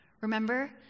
Remember